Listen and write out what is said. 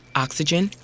oxygen,